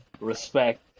respect